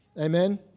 Amen